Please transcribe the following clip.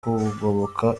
kugoboka